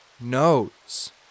knows